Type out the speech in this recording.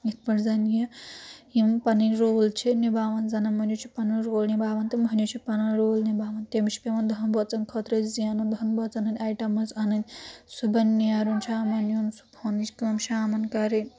یِتھ پٲٹھۍ زَن یہِ یِم پنٕنۍ رول چھِ نباوان زَنان مۄہنوِس چھُ پَنُن رول نِباوان تہٕ مۄہنیو چھُ پَنُن رول نِباوان تٔمِس چھُ پؠوان دَہن بٲژن خٲطرٕ زینُن دَہَن بٲژن ہٕنٛدۍ آیٹَمٕز اَنٕنۍ صُبَن نیرُن شامَن یُن صُبحنٕچ کٲم شامَن کَرٕنۍ